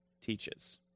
teaches